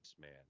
Man